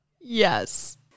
Yes